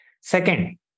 Second